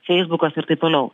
feisbukas ir taip toliau